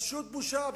פשוט בושה.